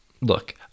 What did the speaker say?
look